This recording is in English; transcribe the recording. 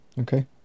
okay